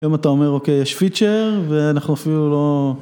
היום אתה אומר אוקיי, יש פיצ'ר, ואנחנו אפילו לא...